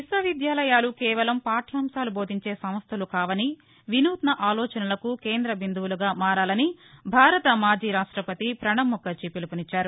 విశ్వవిద్యాలయాలు కేవలం పాఠ్యాంశాలు బోధించే సంస్లలు కావని వినూత్న ఆలోచనలకు కేంద్ర బిందువులుగా మారాలని భారత మాజీ రాష్షపతి ప్రణబ్ముఖర్షీ పిలుపునిచ్చారు